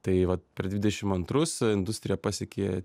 tai vat per dvidešim antrus industrija pasiekė